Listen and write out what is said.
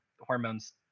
hormones